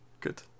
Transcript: good